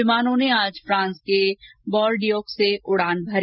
विमानों ने आज फ्रांस के बॉरडियोक्स से उड़ान भरी